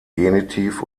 genitiv